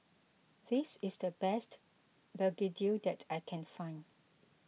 this is the best Begedil that I can find